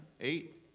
Eight